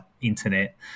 internet